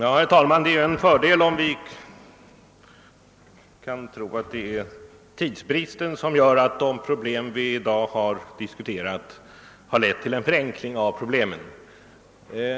Herr talman! Det vore en fördel om vi kunde tro att det varit tidsbristen som gjort att de problem vi i dag diskuterat blivit förenklade.